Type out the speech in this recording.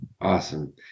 Awesome